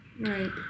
Right